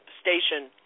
station